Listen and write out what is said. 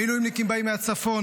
המילואימניקים באים מהצפון,